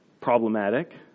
problematic